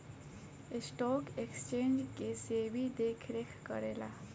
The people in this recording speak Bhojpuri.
स्टॉक एक्सचेंज के सेबी देखरेख करेला